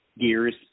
gears